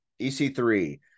ec3